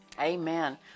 Amen